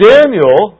Daniel